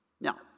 Now